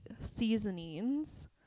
seasonings